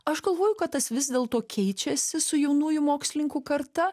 aš galvoju kad tas vis dėl to keičiasi su jaunųjų mokslininkų karta